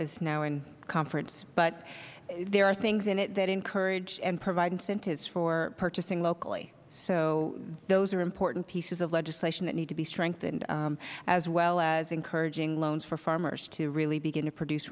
is now in conference but there are things in it that encourage and provide incentives for participating locally so those are important pieces of legislation that need to be strengthened as well as encouraging loans for farmers to really begin to produce